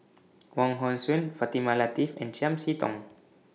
Wong Hong Suen Fatimah Lateef and Chiam See Tong